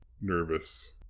nervous